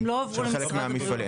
הם לא הועברו למשרד הבריאות.